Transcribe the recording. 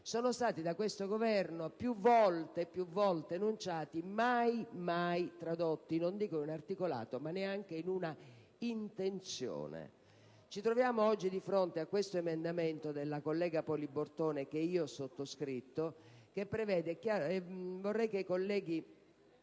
è stata da questo Governo più volte enunciata ma mai tradotta, non dico in un articolato, ma neanche in una intenzione. Ci troviamo oggi di fronte all'emendamento 5.3 della collega Poli Bortone, che ho sottoscritto, che prevede - vorrei che i colleghi